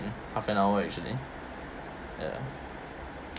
half an hour actually ya